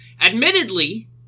Admittedly